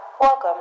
welcome